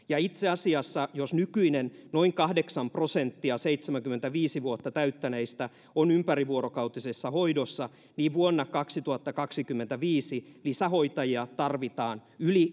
ja itse asiassa jos nykyinen noin kahdeksan prosenttia seitsemänkymmentäviisi vuotta täyttäneistä on ympärivuorokautisessa hoidossa niin vuonna kaksituhattakaksikymmentäviisi lisähoitajia tarvitaan yli